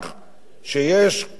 שיש כוחות,